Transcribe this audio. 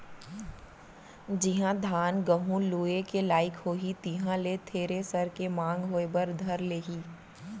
जिहॉं धान, गहूँ लुए के लाइक होही तिहां ले थेरेसर के मांग होय बर धर लेही